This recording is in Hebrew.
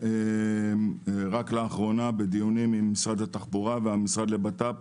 רק באחרונה בדיונים עם משרד התחבורה והמשרד לבט"פ,